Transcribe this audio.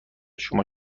شما